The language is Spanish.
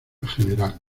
general